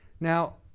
now,